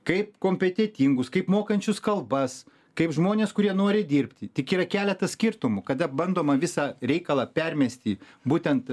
kaip kompetentingus kaip mokančius kalbas kaip žmones kurie nori dirbti tik yra keletas skirtumų kada bandoma visą reikalą permesti būtent